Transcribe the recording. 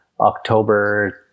October